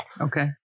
Okay